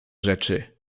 rzeczy